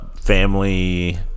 family